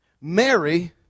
Mary